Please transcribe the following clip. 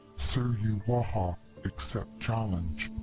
suruwaha accept challenge!